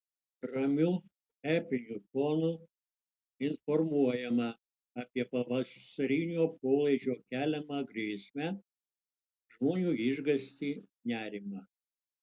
ramiu epiniu tonu informuojama apie pavasarinio polaidžio keliamą grėsmę žmonių išgąstį nerimą